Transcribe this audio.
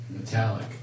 Metallic